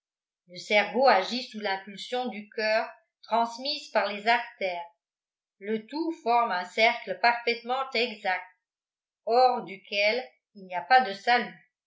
le cerveau agit sous l'impulsion du coeur transmise par les artères le tout forme un cercle parfaitement exact hors duquel il n'y a pas de salut